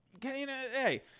Hey